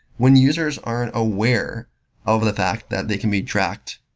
when users aren't aware of the fact that they can be tracked